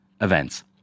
events